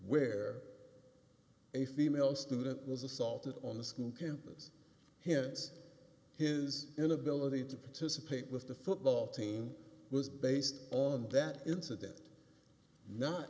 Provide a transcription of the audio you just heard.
where a female student was assaulted on the school campus hints his inability to participate with the football team was based on that incident not